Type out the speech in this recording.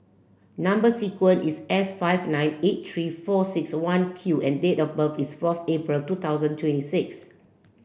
number sequence is S five nine eight three four six one Q and date of birth is fourth April two thousand twenty six